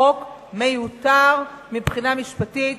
החוק מיותר מבחינה משפטית,